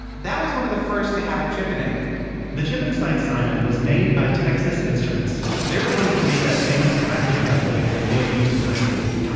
that was one of the first to have a chip in it the chip inside simon was made by texas instruments. they're the ones that made that famous graphing calculator you may have used in high school.